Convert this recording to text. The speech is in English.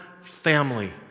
family